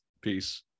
Peace